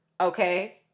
Okay